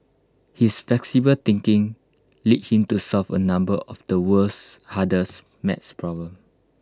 his flexible thinking led him to solve A number of the world's hardest math problems